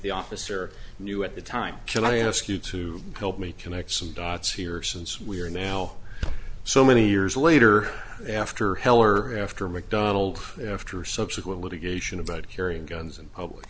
the officer knew at the time can i ask you to help me connect some dots here since we are now so many years later after heller after mcdonald after subsequent litigation about carrying guns